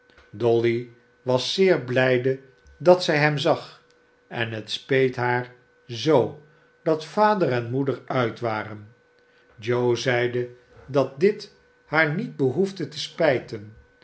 dolly was zeer blijde dat zij hem zag en het speet haar zoo dat vader en moeder uit waren joe zeide dat dit haar niet behoefde te spijten